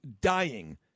dying